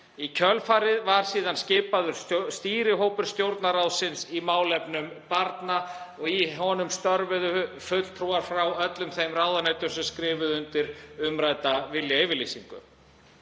Í kjölfarið var síðan skipaður stýrihópur Stjórnarráðsins í málefnum barna og í honum störfuðu fulltrúar frá öllum þeim ráðuneytum sem skrifuðu undir umrædda viljayfirlýsingu.